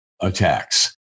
attacks